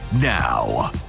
now